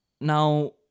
Now